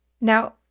Now